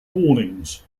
warnings